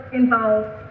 involved